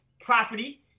property